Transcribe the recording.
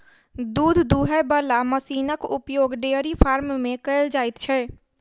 दूध दूहय बला मशीनक उपयोग डेयरी फार्म मे कयल जाइत छै